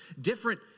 different